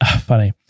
Funny